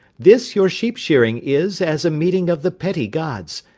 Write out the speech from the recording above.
this your sheep-shearing is as a meeting of the petty gods,